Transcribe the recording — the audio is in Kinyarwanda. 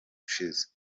ushize